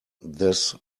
this